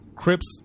Crips